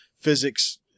physics